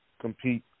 compete